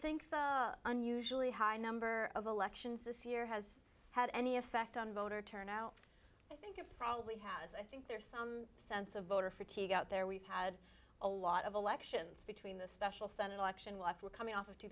think the unusually high number of elections this year has had any effect on voter turnout i think it probably has i think there's some sense of voter fatigue out there we've had a lot of elections between the special senate election last were coming off of two